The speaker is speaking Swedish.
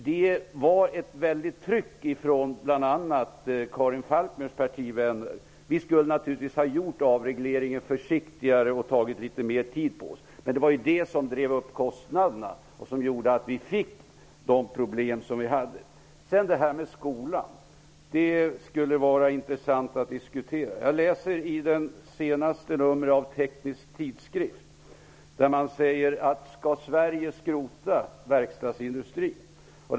Det var ett starkt tryck bl.a. från Karin Falkmers partivänner. Vi skulle naturligtvis ha gjort avregleringen försiktigare och tagit litet mer tid på oss. Det var avregleringen som drev upp kostnaderna och som orsakade problemen. Det skulle vara intressant att få diskutera skolan. Jag läser i det senaste numret av Teknisk tidskrift, där man frågar: Skall Sverige skrota verkstadsindustrin?